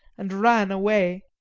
and ran away.